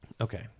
okay